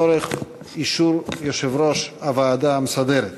16:15 לצורך אישור יושב-ראש הוועדה המסדרת.